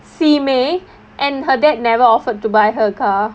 simei and her dad never offered to buy her a car